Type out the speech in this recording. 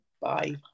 Bye